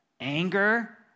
anger